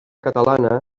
catalana